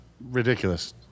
ridiculous